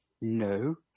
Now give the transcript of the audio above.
No